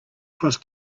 cross